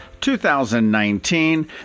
2019